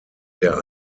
der